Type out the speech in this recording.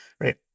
right